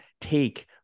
take